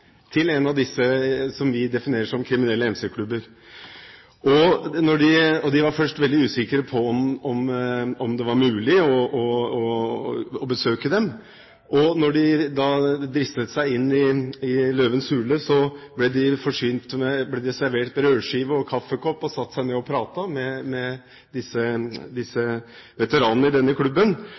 til en MC-klubb, til en av disse som vi definerer som kriminelle MC-klubber. De var først veldig usikre på om det var mulig å besøke dem. Da de dristet seg inn i løvens hule, ble de servert brødskive og kaffe og satte seg ned og pratet med veteranene i denne klubben.